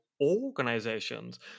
organizations